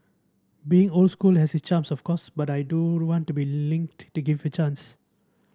being old school has its charms of course but I do want to be linked to give the chance